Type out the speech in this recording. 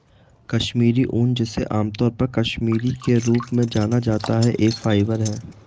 कश्मीरी ऊन, जिसे आमतौर पर कश्मीरी के रूप में जाना जाता है, एक फाइबर है